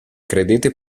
credete